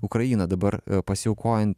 ukraina dabar pasiaukojan